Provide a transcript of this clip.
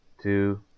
two